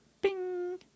Bing